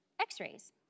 x-rays